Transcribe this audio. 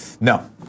No